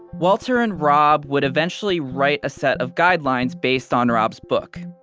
walter and rob would eventually write a set of guidelines based on rob's book.